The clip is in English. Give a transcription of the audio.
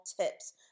tips